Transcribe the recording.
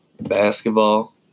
Basketball